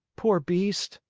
poor beast!